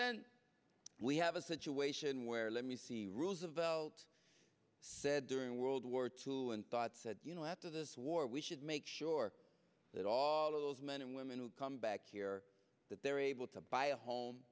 then we have a situation where let me see roosevelt said during world war two and thought said you know after this war we should make sure that all of those men and women who come back here that they're able to buy a home